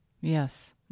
yes